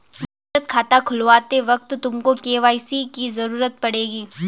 बचत खाता खुलवाते वक्त तुमको के.वाई.सी की ज़रूरत पड़ेगी